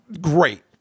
great